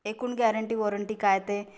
एकूण guarantee warranty काय ते